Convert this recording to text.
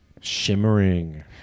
Shimmering